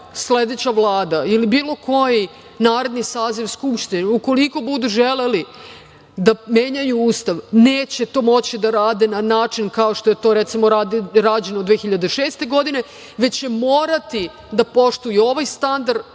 sledeća vlada ili bilo koji naredni saziv Skupštine, ukoliko budu želeli da menjaju Ustav neće to moći da rade na način kao što je to, recimo, rađeno 2006. godine. Moraće da poštuju ovaj standard,